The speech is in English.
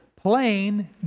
plain